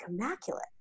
immaculate